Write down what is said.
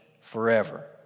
forever